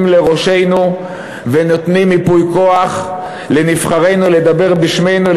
לראשינו ונותנים ייפוי כוח לנבחרינו לדבר בשמנו,